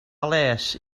les